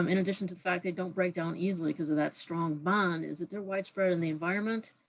um in addition to the fact they don't break down easily because of that strong bond, is that they're widespread in the environment.